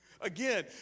Again